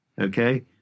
okay